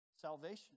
salvation